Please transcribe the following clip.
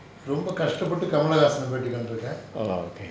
oh okay